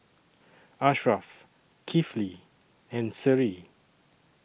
Ashraff Kifli and Seri